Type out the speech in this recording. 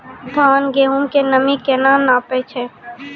धान, गेहूँ के नमी केना नापै छै?